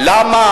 למה